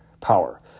power